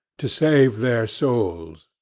to save their souls.